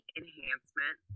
enhancement